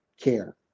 care